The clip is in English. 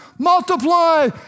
Multiply